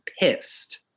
pissed